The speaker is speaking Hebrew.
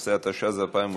15), התשע"ז 2017,